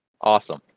Awesome